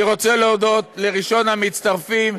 אני רוצה להודות לראשון המצטרפים,